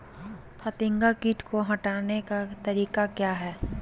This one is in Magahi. फतिंगा किट को हटाने का तरीका क्या है?